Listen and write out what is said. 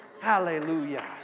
Hallelujah